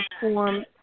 form